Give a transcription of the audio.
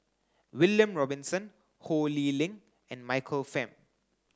William Robinson Ho Lee Ling and Michael Fam